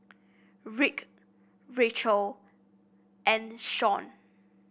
Rick Racheal and Sean